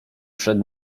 przed